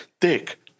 Dick